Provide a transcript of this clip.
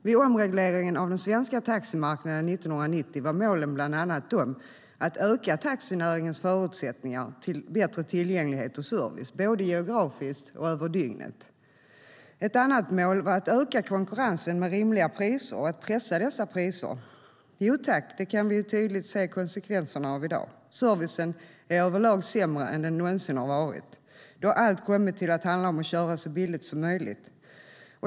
Vid omregleringen av den svenska taximarknaden 1990 var målen bland annat att öka taxinäringens förutsättningar till bättre tillgänglighet och service både geografiskt och över dygnet. Ett annat mål var att öka konkurrensen med rimliga priser och att pressa priserna. Jo tack! Det kan vi tydligt se konsekvenserna av i dag. Servicen är överlag sämre än den någonsin har varit, då allt har kommit att handla om att köra så billigt som möjligt.